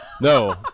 no